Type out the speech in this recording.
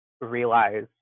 realize